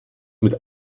mit